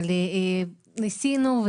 אבל ניסינו,